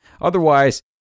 Otherwise